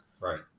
Right